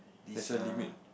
there's a limit